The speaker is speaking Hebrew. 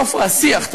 לא הפרעה, שיח.